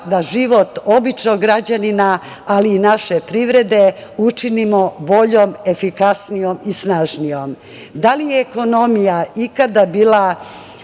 da život običnog građanina, ali i naše privrede učinimo boljom, efikasnijom i snažnijom. Da li je ekonomija ikada bila